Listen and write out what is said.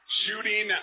shooting